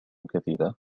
كثيرة